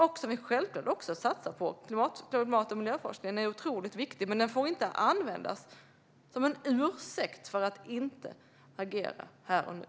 Vi satsar självklart också på klimat och miljöforskning. Den är otroligt viktig. Men den får inte användas som en ursäkt för att inte agera här och nu.